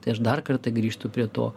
tai aš dar kartą grįžtu prie to